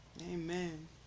amen